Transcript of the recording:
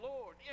Lord